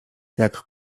jak